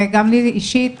וגם לי אישית,